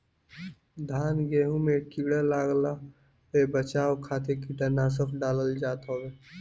धान गेंहू में कीड़ा लागला पे बचाव खातिर कीटनाशक डालल जात हवे